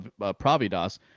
Pravidas